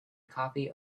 copy